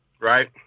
Right